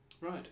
Right